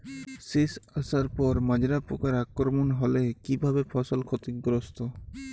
শীষ আসার পর মাজরা পোকার আক্রমণ হলে কী ভাবে ফসল ক্ষতিগ্রস্ত?